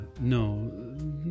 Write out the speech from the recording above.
No